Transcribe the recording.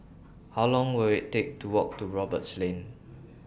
How Long Will IT Take to Walk to Roberts Lane